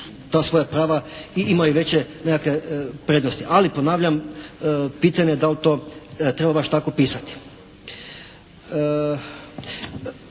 ta svoja prava i imaju veće nekakve prednosti. Ali ponavljam, pitanje da li to treba baš tako pisati?